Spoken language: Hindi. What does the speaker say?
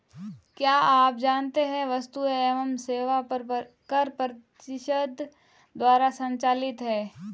क्या आप जानते है वस्तु एवं सेवा कर परिषद द्वारा संचालित है?